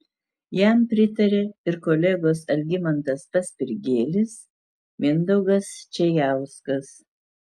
jam pritarė ir kolegos algimantas paspirgėlis mindaugas čėjauskas